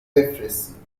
بفرستید